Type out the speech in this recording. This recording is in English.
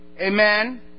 Amen